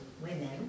women